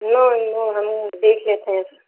نو no ہم دیکھ لیتے ہیں پھر